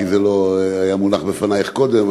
כי זה לא היה מונח בפנייך קודם.